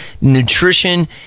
nutrition